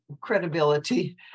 credibility